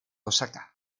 osaka